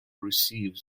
received